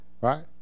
right